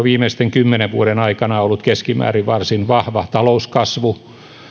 viimeisten kymmenen vuoden aikana ollut keskimäärin varsin vahva talouskasvu